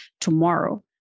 tomorrow